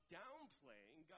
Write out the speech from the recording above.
downplaying